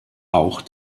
auch